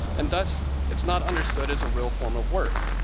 and thus it's not understood as a real form of work.